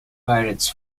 pirates